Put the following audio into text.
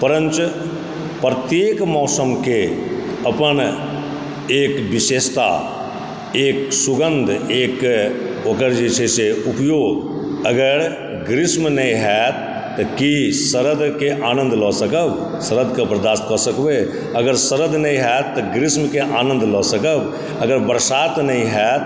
परञ्च प्रत्येक मौसमके अपन एक विशेषता एक सुगन्ध एक ओकर जे छै से उपयोग अगर ग्रीष्म नहि होयत तऽ की शरदके आनन्दलऽ सकब शरदके बर्दास्त कऽ सकबय अगर शरद नहि होयत तऽ ग्रीष्मके आनन्दलऽ सकब अगर बरसात नहि होयत